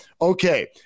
Okay